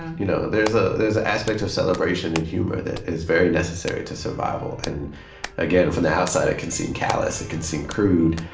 and you know there's ah an aspect of celebration in humor that is very necessary to survival. and again, from the outside it can seem callous, it can seem crude,